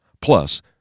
Plus